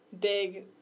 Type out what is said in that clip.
big